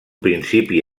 principi